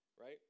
right